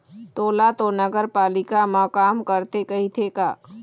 तोला तो नगरपालिका म काम करथे कहिथे का?